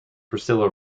priscilla